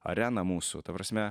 arena mūsų ta prasme